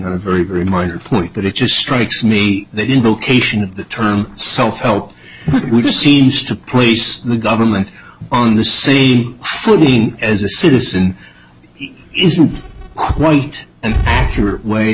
on a very very minor point but it just strikes me that indication of the term self help we just seems to place the government on the same footing as a citizen isn't quite an accurate way